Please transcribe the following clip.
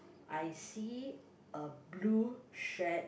I see a blue shirt